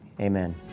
amen